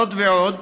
זאת ועוד,